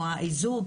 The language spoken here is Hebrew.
או מה שמוכר כאיזוק.